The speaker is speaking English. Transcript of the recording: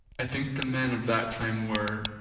i think the men of that time were,